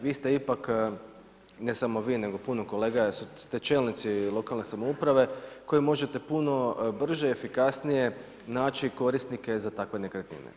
Vi ste ipak, ne samo vi, nego puno kolega ste čelnici lokalne samouprave koji možete puno brže, efikasnije naći korisnike za takve nekretnine.